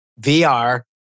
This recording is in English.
VR